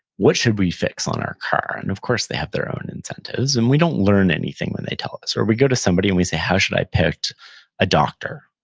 what should we fix on our car? and, of course, they have their own incentives, and we don't learn anything when they tell us, or we go to somebody and we say, how should i pick a doctor?